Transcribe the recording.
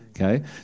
Okay